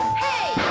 hey